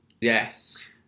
Yes